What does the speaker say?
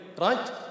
right